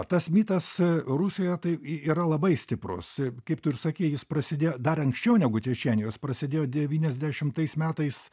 tas mitas rusijoje tai į yra labai stiprus kaip tu ir sakei jis prasidėjo dar anksčiau negu čečėnijos jis prasidėjo devyniasdešimtais metais